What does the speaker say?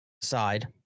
side